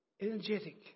energetic